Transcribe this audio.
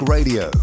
Radio